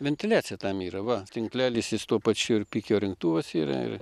ventiliacija tam yra va tinklelis jis tuo pačiu ir pikio rinktuvas yra ir